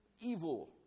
evil